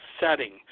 Setting